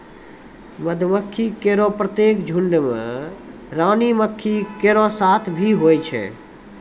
मधुमक्खी केरो प्रत्येक झुंड में रानी मक्खी केरो साथ भी होय छै